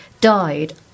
died